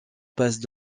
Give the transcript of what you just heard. passent